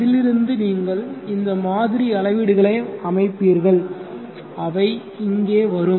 அதிலிருந்து நீங்கள் இந்த மாதிரி அளவீடுகளை அமைப்பீர்கள் அவை இங்கே வரும்